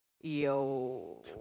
Yo